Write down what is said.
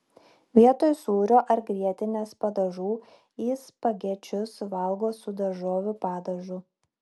vietoj sūrio ar grietinės padažų ji spagečius valgo su daržovių padažu